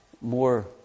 more